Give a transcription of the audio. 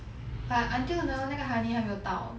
but until now 那个 honey 还没有到